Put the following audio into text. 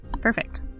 Perfect